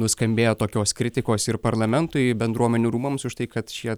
nuskambėjo tokios kritikos ir parlamentui bendruomenių rūmams už tai kad šie